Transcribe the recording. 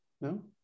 No